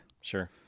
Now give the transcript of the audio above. Sure